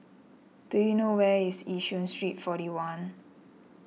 do you know where is Yishun Street forty one